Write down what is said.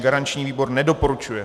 Garanční výbor nedoporučuje.